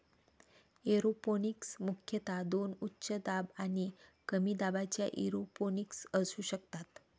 aeroponics मुख्यतः दोन उच्च दाब आणि कमी दाबाच्या एरोपोनिक्स असू शकतात